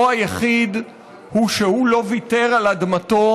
בכנסת יש מערכת של הסכמות,